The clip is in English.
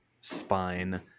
Spine